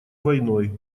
войной